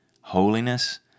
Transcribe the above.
holiness